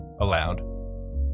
allowed